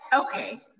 Okay